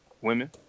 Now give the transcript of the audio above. women